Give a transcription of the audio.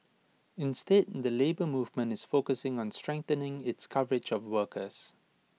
instead the Labour Movement is focusing on strengthening its coverage of workers